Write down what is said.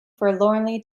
forlornly